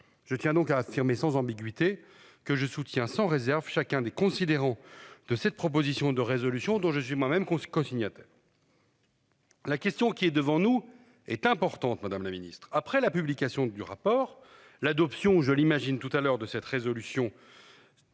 Je tiens donc à affirmer sans ambiguïté que je soutiens sans réserve chacun des considérants de cette proposition de résolution dont je suis moi-même qu'on se cosignataires. La question qui est devant nous est importante. Madame la ministre, après la publication du rapport l'adoption ou je l'imagine tout à l'heure de cette résolution.